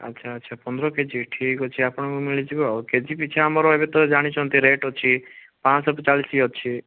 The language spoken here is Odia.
ଆଚ୍ଛା ଆଚ୍ଛା ପନ୍ଦର କେଜି ଠିକ୍ ଅଛି ଆପଣଙ୍କୁ ମିଳିଯିବ ଆଉ କେଜି ପିଛା ଆମର ଏବେ ତ ଜାଣିଚନ୍ତି ରେଟ୍ ଅଛି ପାଞ୍ଚ ଶହ ଚାଳିଶି ଅଛି